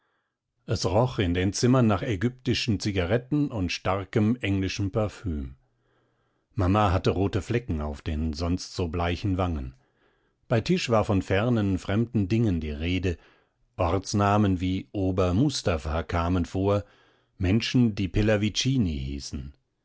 es roch in den zimmern nach ägyptischen zigaretten und starkem englischen parfüm mama hatte rote flecken auf den sonst so bleichen wangen bei tisch war von fernen fremden dingen die rede ortsnamen wie obermustafa kamen vor menschen die pellavicini hießen